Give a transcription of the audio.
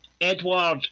Edward